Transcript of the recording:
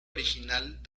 original